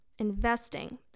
investing